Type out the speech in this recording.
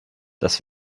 das